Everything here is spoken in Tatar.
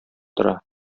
тора